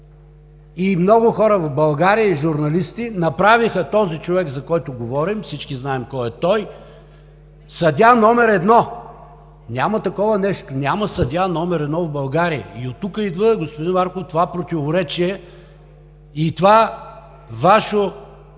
и много хора в България, и журналисти направиха този човек, за който говорим, всички знаем кой е той, съдия номер едно! Няма такова нещо, няма съдия номер едно в България. И оттук идва, господин Марков, това противоречие и това Ваше,